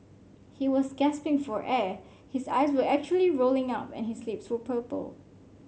he was gasping for air his eyes were actually rolling up and his lips were purple